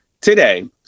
today